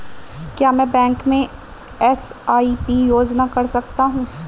क्या मैं बैंक में एस.आई.पी योजना कर सकता हूँ?